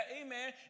amen